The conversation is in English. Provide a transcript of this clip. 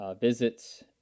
visits